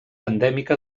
endèmica